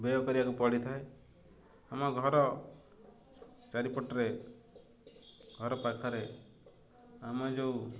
ବ୍ୟୟ କରିବାକୁ ପଡ଼ିଥାଏ ଆମ ଘର ଚାରିପଟରେ ଘର ପାଖରେ ଆମେ ଯେଉଁ